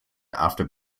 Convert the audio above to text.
after